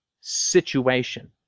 situation